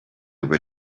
were